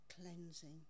cleansing